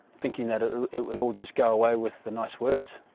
thinking that it it would all just go away with the nice words,